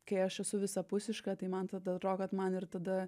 kai aš esu visapusiška tai man tada atrodo kad man ir tada